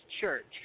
church